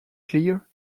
clear